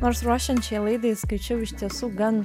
nors ruošiant šiai laidai skaičiau iš tiesų gan